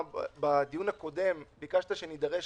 בדיון הקודם אתה ביקשת שנידרש